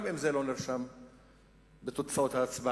גם אם זה לא נרשם בתוצאות ההצבעה,